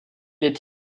est